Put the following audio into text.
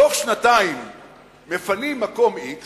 שבתוך שנתיים מפנים מקום x